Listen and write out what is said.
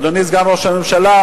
אדוני סגן ראש הממשלה,